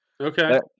Okay